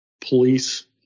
police